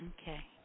Okay